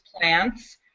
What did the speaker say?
plants